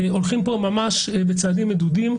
אנחנו הולכים כאן ממש בצעדים מדודים.